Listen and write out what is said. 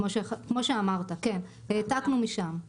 כמו שאמרת, כן, העתקנו משם אחד לאחד.